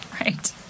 Right